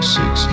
six